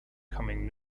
becoming